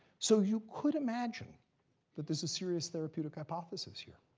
so you could imagine that there's a serious therapeutic hypothesis here,